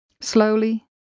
Slowly